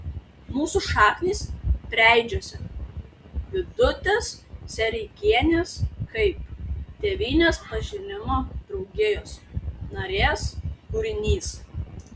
mūsų šaknys preidžiuose vidutės sereikienės kaip tėvynės pažinimo draugijos narės kūrinys